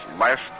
last